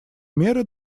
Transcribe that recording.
меры